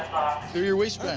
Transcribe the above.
to your waist